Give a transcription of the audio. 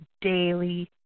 daily